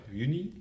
juni